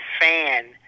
fan